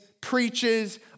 preaches